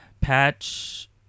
Patch